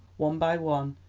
one by one,